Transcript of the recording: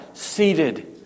seated